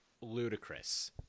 ludicrous